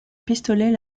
pistolet